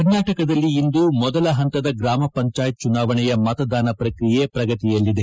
ಕರ್ನಾಟಕದಲ್ಲಿ ಇಂದು ಮೊದಲ ಹಂತದ ಗ್ರಾಮ ಪಂಚಾಯತ್ ಚುನಾವಣೆ ನಡೆಯಲಿದ್ದು ಮತದಾನ ಪ್ರಕ್ರಿಯೆ ಪ್ರಗತಿಯಲ್ಲಿದೆ